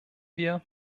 wir